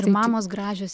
ir mamos gražios